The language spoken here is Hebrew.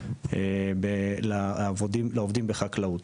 לעובדים בחקלאות.